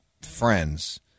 friends